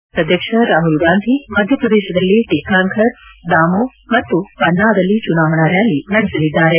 ಕಾಂಗ್ರೆಸ್ ಅಧ್ಯಕ್ಷ ರಾಹುಲ್ ಗಾಂಧಿ ಮಧ್ಯಪ್ರದೇಶದಲ್ಲಿ ಟಿಕ್ಕಾಂಘರ್ ದಾಮೋಹ್ ಮತ್ತು ಪನ್ನಾದಲ್ಲಿ ಚುನಾವಣಾ ರ್ಯಾಲಿ ನಡೆಸಲಿದ್ದಾರೆ